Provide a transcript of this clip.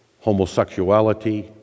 homosexuality